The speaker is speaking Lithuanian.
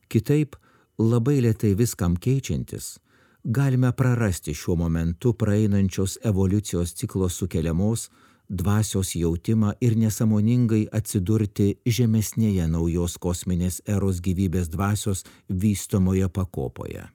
kitaip labai lėtai viskam keičiantis galime prarasti šiuo momentu praeinančios evoliucijos ciklo sukeliamos dvasios jautimą ir nesąmoningai atsidurti žemesnėje naujos kosminės eros gyvybės dvasios vystomoje pakopoje